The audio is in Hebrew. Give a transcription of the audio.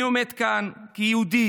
אני עומד כאן כיהודי,